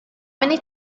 many